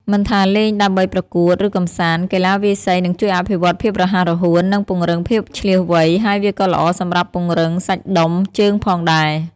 មិនថាលេងដើម្បីប្រកួត ឬកម្សាន្ត កីឡាវាយសី នឹងជួយអភិវឌ្ឍភាពរហ័សរហួន និងពង្រឹងភាពឈ្លាសវៃ ហើយវាក៏ល្អសម្រាប់ពង្រឹងសាច់ដុំជើងផងដែរ។